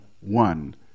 one